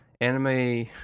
anime